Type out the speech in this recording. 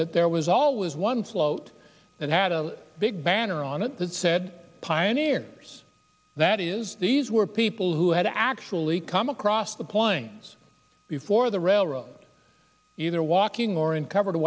that there was always one float that had a big banner on it that said pioneers that is these were people who had actually come across the plains before the railroad either walking or in covered